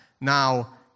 Now